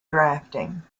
drafting